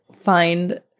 find